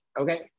okay